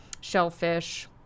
shellfish